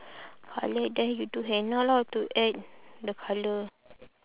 colour then you do henna lah to add the colour